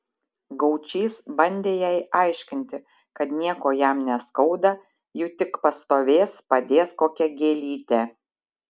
gaučys bandė jai aiškinti kad nieko jam neskauda juk tik pastovės padės kokią gėlytę